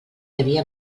havia